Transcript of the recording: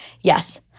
Yes